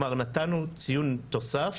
נתנו ציון תוסף